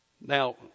Now